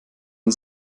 man